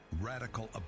radical